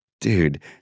Dude